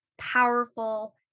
powerful